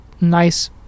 nice